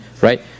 right